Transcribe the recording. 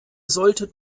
solltet